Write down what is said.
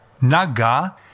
Naga